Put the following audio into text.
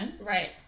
right